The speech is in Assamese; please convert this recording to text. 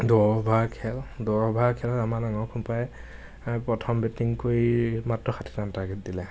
দহ অভাৰ খেল দহ অভাৰ খেলত আমাৰ ডাঙৰসোপাই এই প্ৰথম বেটিং কৰি মাত্ৰ ষাঠি ৰাণ টাৰ্গেট দিলে